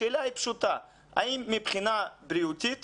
השאלה היא פשוטה, האם מבחינה בריאותית